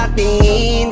beat